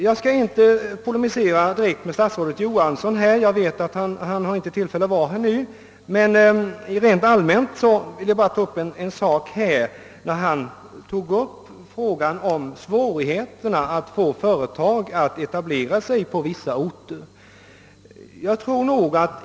Jag skall inte polemisera direkt mot statsrådet Johansson — jag vet att han inte har tillfälle att vara här nu. Rent allmänt vill jag beröra vad han nämnde i fråga om svårigheterna att få företag att etablera sig på vissa orter.